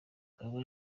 ngabo